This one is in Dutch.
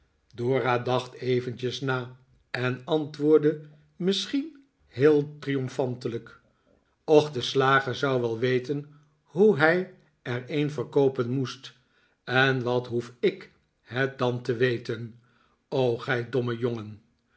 dora dacht eventjes na en antwoordde misschien heel triomfantelijk och de slager zou wel weten hoe hij er een verkoopen moest en wat hoef i k het dan te weten o gij dbmme jongen